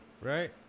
right